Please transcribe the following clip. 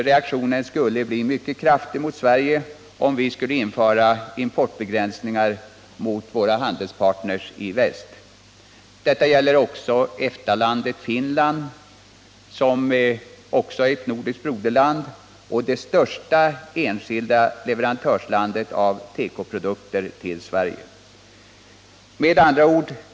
Reaktionen skulle bli mycket kraftig mot Sverige, om vi skulle införa importbegränsningar mot våra handelspartner i väst. Detta gäller också EFTA-staten Finland, som är ett nordiskt broderland och det största enskilda leverantörslandet när det gäller införsel av tekoprodukter till Sverige.